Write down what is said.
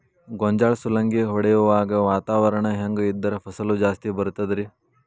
ಗೋಂಜಾಳ ಸುಲಂಗಿ ಹೊಡೆಯುವಾಗ ವಾತಾವರಣ ಹೆಂಗ್ ಇದ್ದರ ಫಸಲು ಜಾಸ್ತಿ ಬರತದ ರಿ?